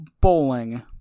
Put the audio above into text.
Bowling